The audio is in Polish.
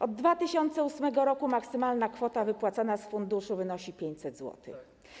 Od 2008 r. maksymalna kwota wypłacana z funduszu wynosi 500 zł.